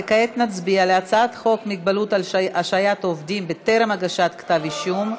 וכעת נצביע על הצעת חוק מגבלות על השעיית עובדים בטרם הגשת כתב אישום,